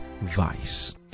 vice